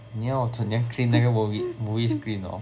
你要怎样 clean 那个 movie movie screen oh